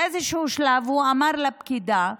באיזשהו שלב הוא אמר לפקידה: